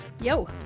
Yo